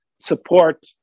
support